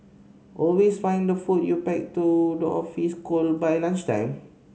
always find the food you pack to the office cold by lunchtime